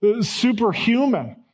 superhuman